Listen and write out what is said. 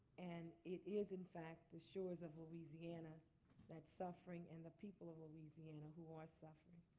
and it is, in fact, the shores of louisiana that's suffering and the people of louisiana who are suffering.